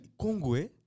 Congo